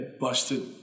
busted